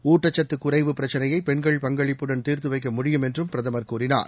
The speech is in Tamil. ஊட்டக்கத்து குறைவு பிரச்சினையை பெண்கள் பங்களிப்புடன் தீர்த்து வைக்க முடியும் என்றும் பிரதமர் கூறினார்